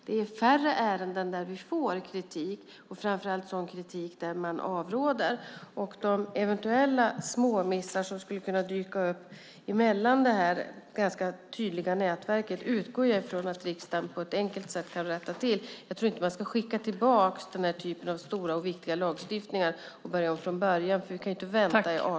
Det är färre ärenden där vi får kritik och framför allt sådan kritik där man avråder. De eventuella småmissar som skulle kunna dyka upp emellan detta ganska tydliga nätverk utgår jag ifrån att riksdagen på ett enkelt sätt kan rätta till. Jag tror inte att man ska skicka tillbaka denna typ av stora och viktiga lagstiftningar och börja om från början, för vi kan inte vänta i 18 år till.